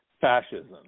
fascism